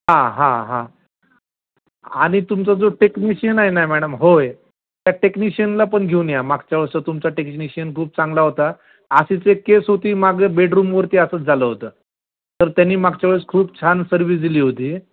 हा हा हा आणि तुमचा जो टेक्निशियन आहे ना मॅडम होय त्या टेक्निशियनला पण घेऊन या मागच्या वळेसं तुमचा टेक्निशियन खूप चांगला होता अशीच ही एक केस होती मागं बेडरूमवरती असंच झालं होतं तर त्यांनी मागच्या वेळेस खूप छान सर्विस दिली होती